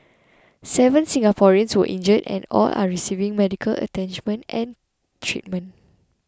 seven Singaporeans were injured and all are receiving medical and treatment